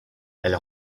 elle